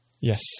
Yes